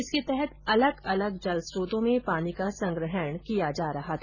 इसके तहत अलग अलग जलस्रोतों में पानी का संग्रहण किया जा रहा था